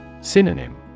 Synonym